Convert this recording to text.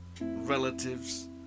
relatives